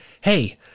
Hey